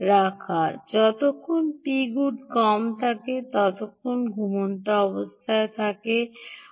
রাখা যতক্ষণ Pgood কম থাকে ততক্ষণ ঘুমের অবস্থায় থাকুন